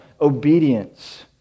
obedience